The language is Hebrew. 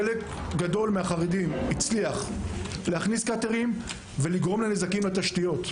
חלק גדול מן החרדים הצליח להכניס קאטרים ולגרום נזקים לתשתיות.